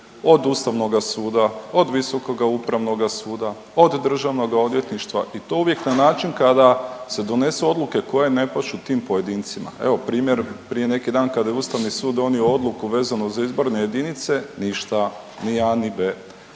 od Ustavnoga suda, od Visokoga upravnoga suda, od DORH-a i to uvijek na način kada se donesu odluke koje ne pašu tim pojedincima. Evo, primjer prije neki dan kada je Ustavni sud donio odluku vezano za izborne jedinice, ništa, ni a ni